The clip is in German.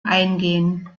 eingehen